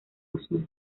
osma